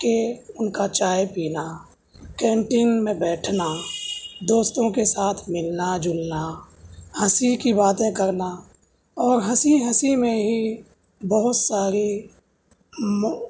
کہ ان کا چائے پینا کینٹین میں بیٹھنا دوستوں کے ساتھ ملنا جلنا ہنسی کی باتیں کرنا اور ہنسی ہنسی میں ہی بہت ساری مول